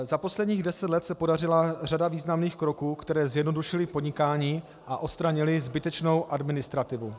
Za posledních deset let se podařila řada významných kroků, které zjednodušily podnikání a odstranily zbytečnou administrativu.